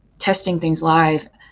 testing things live,